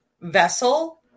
vessel